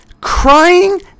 crying